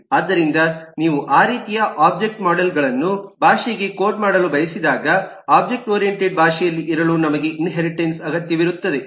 ಆದ್ದರಿಂದ ನೀವು ಆ ರೀತಿಯ ಒಬ್ಜೆಕ್ಟ್ ಮಾಡೆಲ್ಗಳನ್ನು ಭಾಷೆಗೆ ಕೋಡ್ ಮಾಡಲು ಬಯಸಿದಾಗ ಒಬ್ಜೆಕ್ಟ್ ಓರಿಯಂಟೆಡ್ ಭಾಷೆಯಲ್ಲಿ ಇರಲು ನಮಗೆ ಇನ್ಹೇರಿಟನ್ಸ್ ಅಗತ್ಯವಿರುತ್ತದೆ